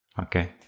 Okay